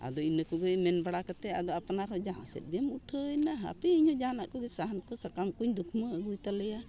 ᱟᱫᱚ ᱤᱱᱟᱹ ᱠᱚᱜᱮ ᱢᱮᱱ ᱵᱟᱲᱟ ᱠᱟᱛᱮ ᱟᱫᱚ ᱟᱯᱱᱟᱨ ᱦᱚᱸ ᱡᱟᱦᱟᱸ ᱥᱮᱫ ᱜᱮᱢ ᱩᱴᱷᱟᱹᱭᱮᱱᱟ ᱦᱟᱯᱮ ᱤᱧ ᱦᱚᱸ ᱡᱟᱦᱟᱱᱟᱜ ᱠᱚᱜᱮ ᱥᱟᱦᱟᱱ ᱠᱚ ᱥᱟᱠᱟᱢ ᱠᱚᱧ ᱫᱩᱠᱢᱟᱹ ᱟᱹᱜᱩᱭ ᱛᱟᱞᱮᱭᱟ